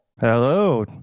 Hello